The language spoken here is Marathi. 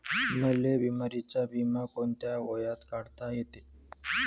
मले बिमारीचा बिमा कोंत्या वयात काढता येते?